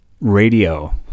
radio